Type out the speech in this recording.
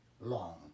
long